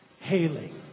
hailing